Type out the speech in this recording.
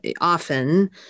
often